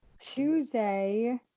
Tuesday